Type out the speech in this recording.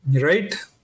Right